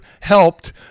helped